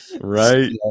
Right